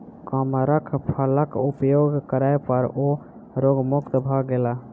कमरख फलक उपभोग करै पर ओ रोग मुक्त भ गेला